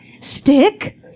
Stick